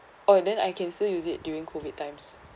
oh then I can still use it during COVID times